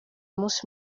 umunsi